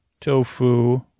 tofu